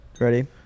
Ready